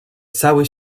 cały